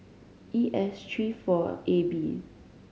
E S tree four A B